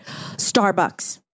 Starbucks